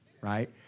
right